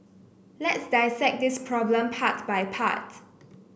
let's dissect this problem part by part